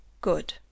good